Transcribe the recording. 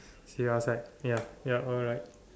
see you outside ya ya alright